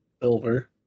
Silver